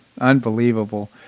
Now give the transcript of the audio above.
unbelievable